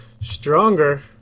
Stronger